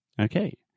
Okay